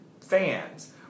fans